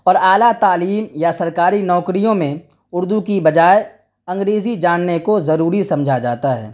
اور اعلیٰ تعلیم یا سرکاری نوکریوں میں اردو کی بجائے انگریزی جاننے کو ضروری سمجھا جاتا ہے